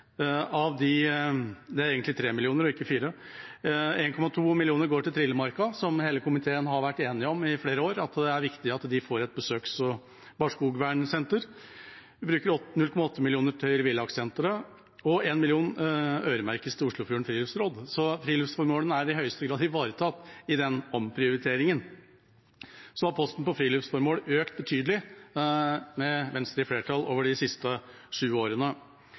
det er egentlig 3 mill. kr, ikke 4 mill. kr. 1,2 mill. kr går til Trillemarka. Hele komiteen har i flere år vært enige om at det er viktig at de får et besøks- og barskogvernsenter. Vi bruker 0,8 mill. kr til Villakssenteret, og 1 mill. kr øremerkes Oslofjordens Friluftsråd. Så friluftsformålene er i høyeste grad ivaretatt i den omprioriteringen. Posten for friluftsformål har også økt betydelig med Venstre i flertall de siste sju årene.